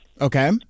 Okay